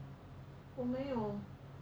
我没有